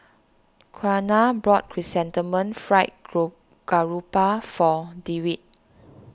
Quiana bought Chrysanthemum Fried Garoupa for Dewitt